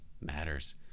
matters